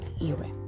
era